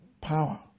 power